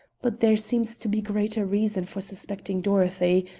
but there seems to be greater reason for suspecting dorothy.